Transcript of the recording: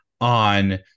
on